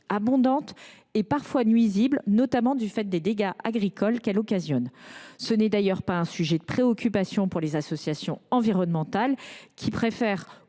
abondante et parfois nuisible, notamment du fait des dégâts agricoles qu’elle occasionne. Ce n’est d’ailleurs pas un sujet de préoccupation pour les associations environnementales, qui préfèrent